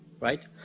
right